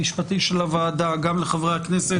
שהופכת את בית המשפט העליון לחלק מהממשלה.